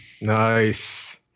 Nice